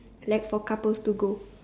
like for couples to go